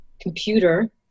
computer